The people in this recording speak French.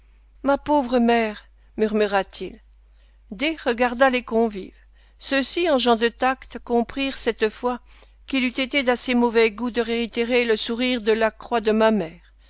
ma pauvre mère murmura-t-il d regarda les convives ceux-ci en gens de tact comprirent cette fois qu'il eût été d'assez mauvais goût de réitérer le sourire de la croix de ma mère